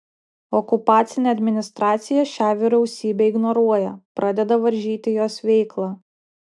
okupacinė administracija šią vyriausybę ignoruoja pradeda varžyti jos veiklą